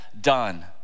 done